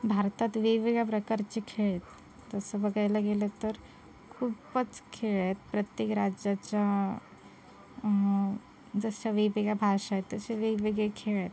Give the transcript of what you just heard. भारतात वेगवेगळ्या प्रकारचे खेळ आहेत तसं बघायला गेलं तर खूपच खेळ आहेत प्रत्येक राज्याच्या जशा वेगवेगळ्या भाषा आहेत तसे वेगवेगळे खेळ आहेत